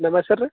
ನಿಮ್ಮ ಹೆಸರು ರೀ